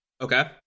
Okay